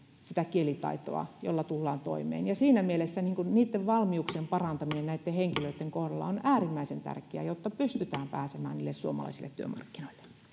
sitä kielitaitoa jolla tullaan toimeen ja siinä mielessä niitten valmiuksien parantaminen näitten henkilöitten kohdalla on äärimmäisen tärkeää jotta pystytään pääsemään suomalaisille työmarkkinoille